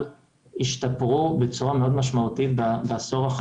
השתפרו בצורה מאוד משמעותית בעשור האחרון.